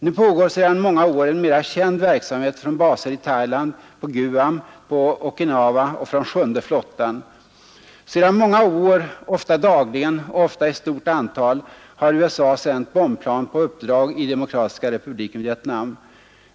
Nu pågår sedan många år en mera känd verksamhet från baser i Thailand, på Guam, på Okinawa och från sjunde flottan. Sedan många år, ofta dagligen och ofta i stort antal, har USA sänt bombplan på uppdrag i Demokratiska republiken Vietnam.